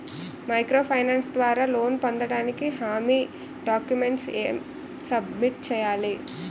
Micro finance ద్వారా loan పొందటానికి హామీ డాక్యుమెంట్స్ ఎం సబ్మిట్ చేయాలి?